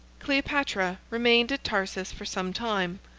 cleopatra remained at tarsus for some time,